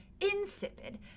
insipid